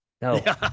no